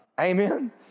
Amen